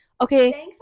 okay